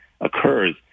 occurs